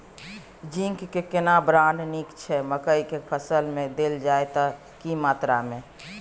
Zinc के केना brand नीक छैय मकई के फसल में देल जाए त की मात्रा में?